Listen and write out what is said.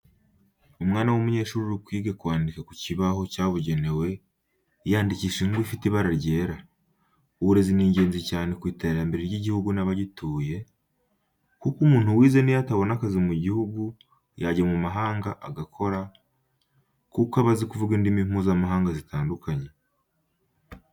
Umwana w'umunyeshuri uri kwiga kwandika ku kibaho cyabugenewe, yandikisha ingwa ifite ibara ryera. Uburezi ni ingenzi cyane ku iterambere ry'igihugu n'abagituye, kuko umuntu wize n'iyo atabona akazi mu gihugu yajya mu mahanga agakora, kuko aba azi kuvuga indimi mpuzamahanga zitandukanye.